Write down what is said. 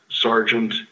sergeant